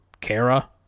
Kara